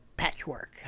Patchwork